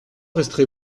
resterez